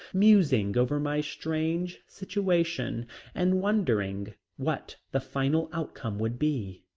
musing over my strange situation and wondering what the final outcome would be.